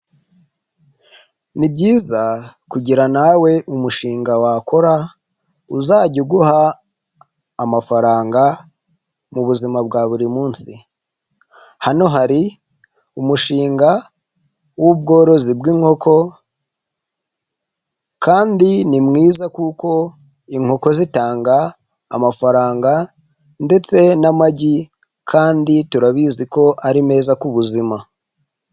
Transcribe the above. Ni byiza kugi nawe umushinga wakora uzajya uguha amafaranga mu buzima bwa buri munsi, hano hari umushinga w'ubworozi bw'inkoko kandi ni mwiza kuko inkoko zitanga amafaranga ndetse n'amagi kandi turabizi ko ari meza kubuzima.